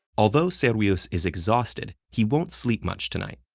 although servius is exhausted, he won't sleep much tonight.